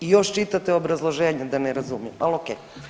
I još čitate obrazloženje da ne razumijem, ali oke.